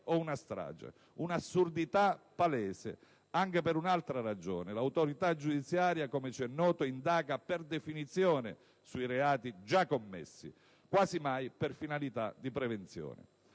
o una strage. Un'assurdità palese anche per un'altra ragione: l'autorità giudiziaria, come ci è noto, indaga per definizione sui reati già commessi, quasi mai per finalità di prevenzione.